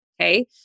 Okay